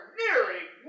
nearing